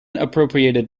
appropriated